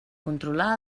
controlar